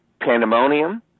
pandemonium